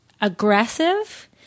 aggressive